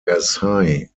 versailles